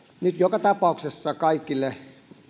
nyt joka tapauksessa kaikille